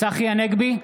צחי הנגבי,